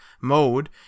mode